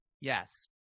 Yes